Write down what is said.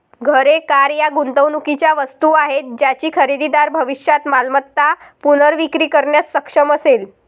घरे, कार या गुंतवणुकीच्या वस्तू आहेत ज्याची खरेदीदार भविष्यात मालमत्ता पुनर्विक्री करण्यास सक्षम असेल